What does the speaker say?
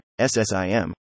SSIM